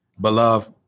Beloved